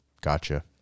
gotcha